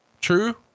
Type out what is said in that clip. True